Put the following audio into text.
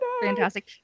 Fantastic